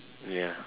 ya